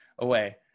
away